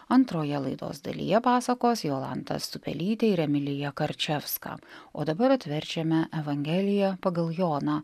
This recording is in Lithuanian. antroje laidos dalyje pasakos jolanta stupelytė ir emilija karčevska o dabar atverčiame evangelija pagal joną